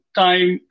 time